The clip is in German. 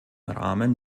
rahmen